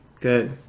Good